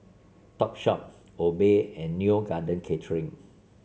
Topshop Obey and Neo Garden Catering